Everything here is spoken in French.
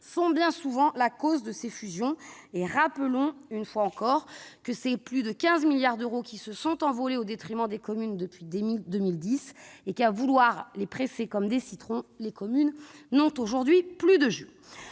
sont bien souvent la cause de ces fusions. Rappelons une fois encore que plus de 15 milliards d'euros se sont envolés au détriment des communes depuis 2010, et qu'à vouloir les presser comme des citrons celles-ci n'ont aujourd'hui plus de jus